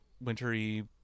wintery